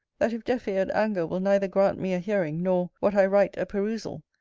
that if deaf-eared anger will neither grant me a hearing, nor, what i write a perusal,